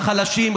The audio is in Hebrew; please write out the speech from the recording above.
בחלשים,